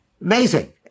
Amazing